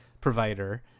provider